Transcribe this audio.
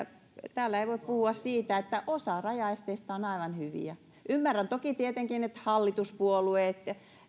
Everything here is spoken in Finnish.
täällä ei voi puhua siitä että osa rajaesteistä on aivan hyviä ymmärrän toki tietenkin että hallituspuolueet